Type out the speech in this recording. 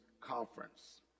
conference